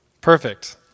Perfect